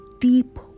deep